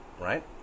right